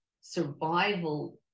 survival